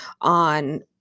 on